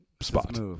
spot